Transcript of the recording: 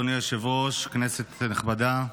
אדוני היושב-ראש, כנסת נכבדה,